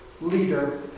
leader